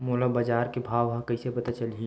मोला बजार के भाव ह कइसे पता चलही?